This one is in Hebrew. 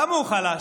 למה הוא חלש?